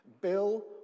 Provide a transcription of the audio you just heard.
Bill